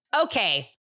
Okay